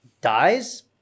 dies